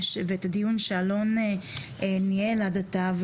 ואת הדיון שאלון ניהל עד עתה,